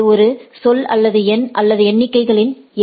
இது ஒரு சொல் அல்லது எண் அல்லது எண்களின் எ